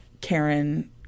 Karen